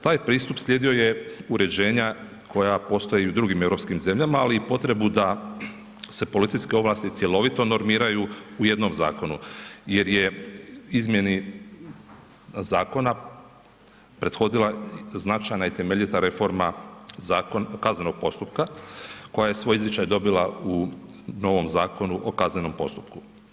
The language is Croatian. Taj pristup slijedio je uređenja koja postoje i u drugim europskim zemljama ali i potrebu da se policijske ovlasti cjelovito normiraju u jednom zakonu jer je izmjeni zakona prethodila značajna i temeljita reforma kaznenog postupka koja je svoj izričaj dobila u novom Zakonu o kaznenom postupku.